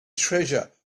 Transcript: treasure